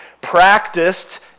practiced